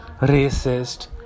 racist